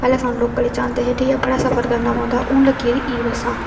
पैहलें सारे लोकल च जांदे हे ठीक ऐ बड़ा सफर करना पौंदा हा हून लग्गी गेदी ई बस्सां